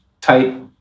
tight